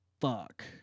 Fuck